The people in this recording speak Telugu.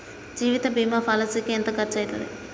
జీవిత బీమా పాలసీకి ఎంత ఖర్చయితది?